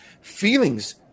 feelings